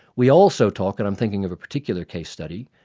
we also talk and i'm thinking of a particular case study,